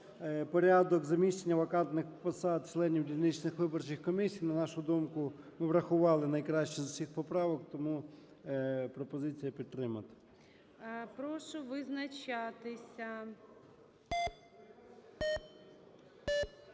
порядок заміщення вакантних посад членів дільничних виборчих комісій. На нашу думку, ми врахувати найкращі з усіх поправок. Тому пропозиція підтримати.